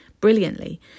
Brilliantly